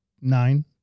nine